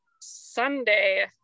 Sunday